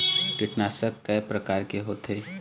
कीटनाशक कय प्रकार के होथे?